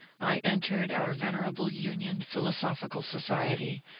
i entered our venerable union philosophical society,